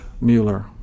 Mueller